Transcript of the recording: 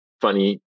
funny